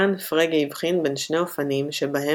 כאן פרגה הבחין בין שני אופנים שבהם